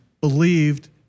believed